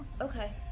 Okay